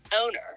owner